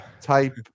type